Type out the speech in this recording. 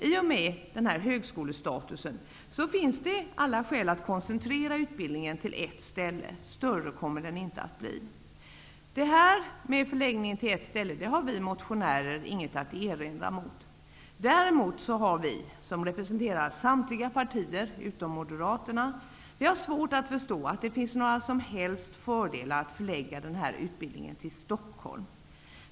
I och med högskolestatusen finns det alla skäl att koncentrera utbildningen till ett ställe, för större kommer den inte att bli. En förläggning till ett ställe har vi motionärer inget att erinra mot. Däremot har vi, som representanter för samtliga partier utom Moderaterna, svårt att förstå att det finns några som helst fördelar med att förlägga utbildningen till Stockholm.